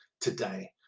today